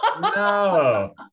No